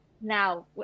now